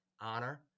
honor